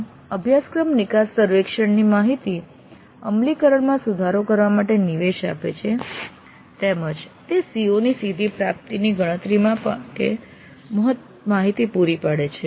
આમ અભ્યાસક્રમ નિકાસ સર્વેક્ષણની માહિતી અમલીકરણમાં સુધારો કરવા માટે નિવેશ આપે છે તેમજ તે CO ની સીધી પ્રાપ્તિમાં ગણતરી માટેની માહિતી પૂરી પાડે છે